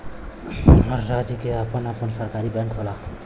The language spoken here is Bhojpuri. हर राज्य के आपन आपन सरकारी बैंक होला